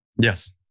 Yes